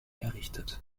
errichtet